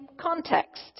context